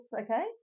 okay